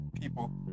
people